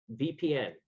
VPN